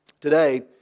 Today